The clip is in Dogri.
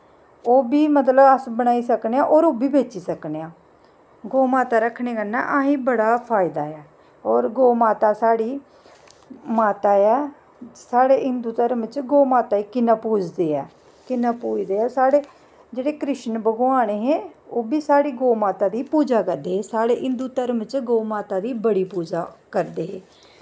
ओह् बी मतलब अस बनाई सकने होर ओह्बी बेची सकने गौऽ माता रक्खने कन्नै असें ई बड़ा फायदा ऐ होर गौऽ माता साढ़ी माता ऐ साढ़े हिन्दू धर्म च गौऽ माता ई कि'न्ना पूजदे ऐ कि'न्ना पूजदे ऐ साढ़े जेह्ड़े कृष्ण भगवान हे ओह् बी साढ़ी गौऽ माता दी पूजा करदे हे साढ़े हिन्दू धर्म च गौऽ माता दी बड़ी पूजा करदे हे